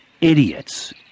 Idiots